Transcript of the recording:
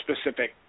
specific